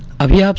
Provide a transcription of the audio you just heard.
of yeah the